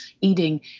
eating